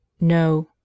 no